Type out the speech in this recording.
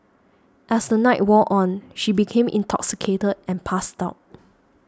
as the night wore on she became intoxicated and passed out